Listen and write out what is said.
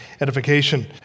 edification